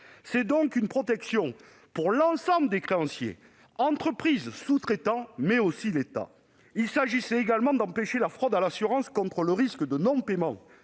C'est donc une protection pour l'ensemble des créanciers, entreprises et sous-traitants, mais aussi pour l'État. Il s'agit également d'empêcher la fraude à l'assurance, le non-paiement